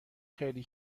خیلی